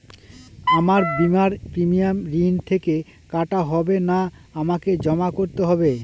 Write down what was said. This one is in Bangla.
আমার বিমার প্রিমিয়াম ঋণ থেকে কাটা হবে না আমাকে জমা করতে হবে?